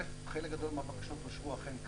חלק גדול מהבקשות אושרו, אכן כך.